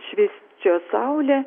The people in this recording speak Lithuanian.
švysčios saulė